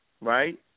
right